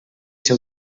ser